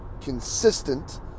consistent